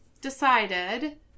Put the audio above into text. decided